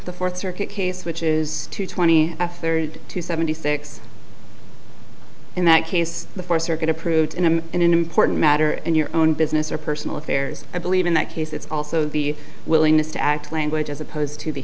the fourth circuit case which is twenty third to seventy six in that case the four circuit approved in a in an important matter and your own business or personal affairs i believe in that case it's also the willingness to act language as opposed to be